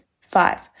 Five